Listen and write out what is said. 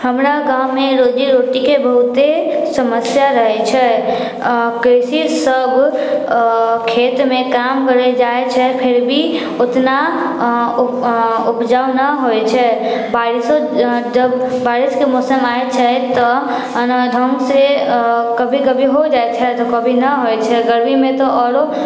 हमरा गाँवमे रोजी रोटीके बहुते समस्या रहैत छै कृषि सभ खेतमे काम करै जाइत छै फिर भी ओतना उपजा नहि होइत छै बारिशो जब बारिशके मौसम जब आबैत छै तऽ ढङ्ग से कभी कभी हो जाइत छै तऽ कभी नहि होइत छै गर्मीमे तऽ आरो